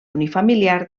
unifamiliar